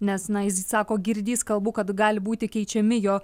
nes na jis sako girdįs kalbų kad gali būti keičiami jo